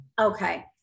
Okay